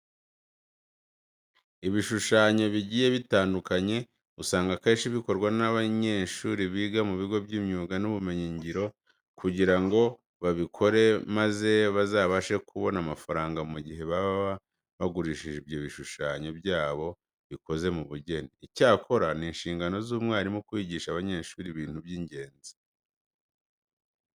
Ibishushanyo bigiye bitandukanye usanga akenshi bikorwa n'abanyeshuri biga mu bigo by'imyuga n'ubumenyingiro kugira ngo babikore maze bazabashe kubona amafaranga mu gihe baba bagurishije ibyo bishushanyo byabo bikoze mu bugeni. Icyakora ni inshingano z'umwarimu kwigisha abanyeshuri ibintu by'ingenzi.